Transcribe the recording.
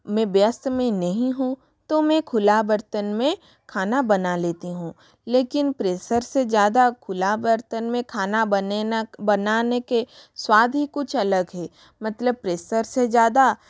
मैं व्यस्त में नहीं हूँ तो मैं खुला बर्तन में खाना बना लेती हूँ लेकिन प्रेशर से ज़्यादा खुला बर्तन में खाना बने ना बनाने के स्वाद ही कुछ अलग है मतलब प्रेसर से ज़्यादा